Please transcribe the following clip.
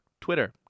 Twitter